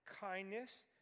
kindness